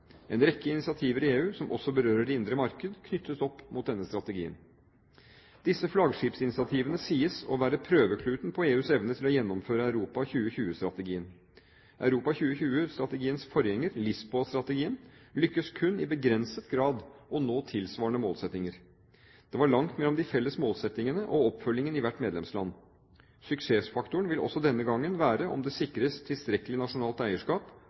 En rekke initiativer i EU som også berører det indre marked, knyttes opp mot denne strategien. Disse flaggskipsinitiativene sies å være prøvekluten på EUs evne til å gjennomføre Europa 2020-strategien. Europa 2020-strategiens forgjenger, Lisboa-strategien, lyktes kun i begrenset grad å nå tilsvarende målsettinger. Det var langt mellom de felles målsettingene og oppfølgingen i hvert medlemsland. Suksessfaktoren vil også denne gangen være om det sikres tilstrekkelig nasjonalt eierskap,